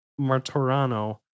Martorano